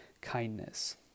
kindness